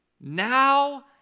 now